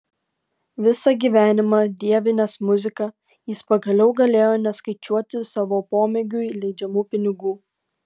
visą gyvenimą dievinęs muziką jis pagaliau galėjo neskaičiuoti savo pomėgiui leidžiamų pinigų